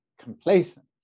complacent